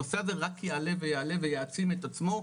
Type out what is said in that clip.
הנושא הזה רק יעלה ויעלה ויעצים את עצמו,